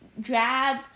drab